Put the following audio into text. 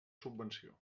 subvenció